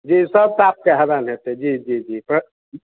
जी सब पापके हरण हेतै जी जी जी